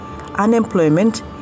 unemployment